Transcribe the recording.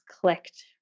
clicked